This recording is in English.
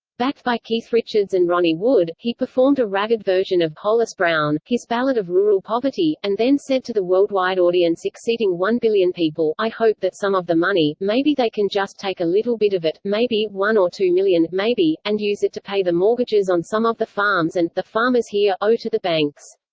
backed by keith richards and ronnie wood, he performed a ragged version of hollis brown, his ballad of rural poverty, and then said to the worldwide audience exceeding one billion people i hope that some of the money. maybe they can just take a little bit of it, maybe. one or two million, maybe. and use it to pay the mortgages on some of the farms and, the farmers here, owe to the banks.